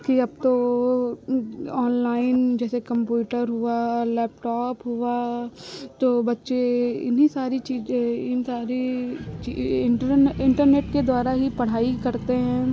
कि अब तो ऑनलाइन जैसे कम्प्यूटर हुआ लैपटॉप हुआ तो बच्चे इन्हीं सारी चीज़ें इन सारी इन्ट्रन इन्टरनेट के द्वारा ही पढ़ाई करते हैं